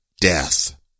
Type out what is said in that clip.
death